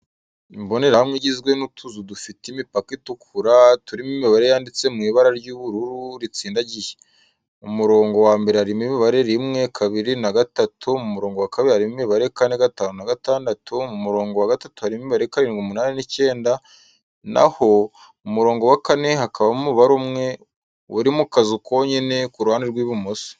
Imbonerahamwe igizwe n’utuzu dufite imipaka itukura, turimo imibare yanditse mu ibara ry’ubururu ritsindagiye. Mu murongo wa mbere harimo imibare: rimwe, kabiri na gatatu; mu murongo wa kabiri harimo imibare: kane, gatanu na gatandatu; mu murongo wa gatatu harimo imibare: karindwi, umunani n'icyenda; naho mu murongo wa kane hakabamo umubare umwe uri mu kazu konyine ku ruhande rw’ibumoso.